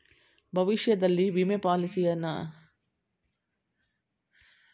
ಭವಿಷ್ಯದಲ್ಲಿ ವಿಮೆ ಪಾಲಿಸಿಯ ನಾಮಿನಿಯನ್ನು ಬದಲಾಯಿಸಬಹುದೇ?